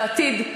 ועתיד,